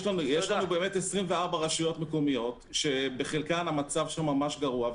יש לנו 24 רשויות מקומיות שבחלקן המצב ממש גרוע,